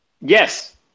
Yes